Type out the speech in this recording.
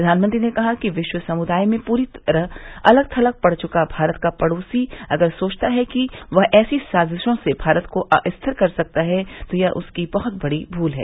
प्रधानमंत्री ने कहा कि विश्व समुदाय में पूरी तरह अलग थलग पड़ चुका भारत का पड़ोसी अगर सोचता है कि वह ऐसी साजिशों से भारत को अस्थिर कर सकता है तो यह उसकी बहुत बड़ी भूल है